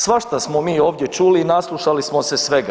Svašta smo mi ovdje čuli i naslušali smo se svega.